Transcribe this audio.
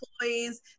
employees